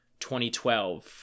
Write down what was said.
2012